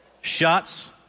shots